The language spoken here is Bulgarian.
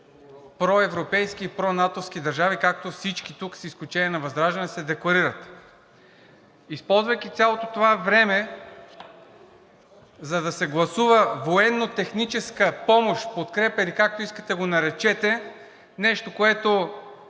проевропейски и пронатовски държави, както всички тук, с изключение на ВЪЗРАЖДАНЕ, се декларират. Използвайки цялото това време, за да се гласува военнотехническа помощ, подкрепа – или както искате го наречете, нещо, което